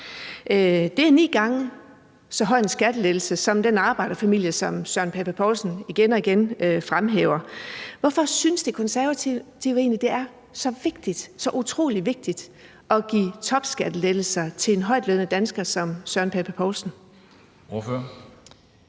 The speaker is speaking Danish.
Det er en ni gange så høj skattelettelse som den, den arbejderfamilie, som Søren Pape Poulsen igen og igen fremhæver, vil få. Hvorfor synes De Konservative egentlig, at det er så utrolig vigtigt at give topskattelettelser til en højtlønnet dansker som Søren Pape Poulsen? Kl.